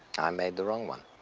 i made the wrong one.